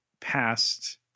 past